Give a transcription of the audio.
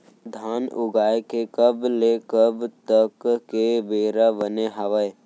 धान उगाए के कब ले कब तक के बेरा बने हावय?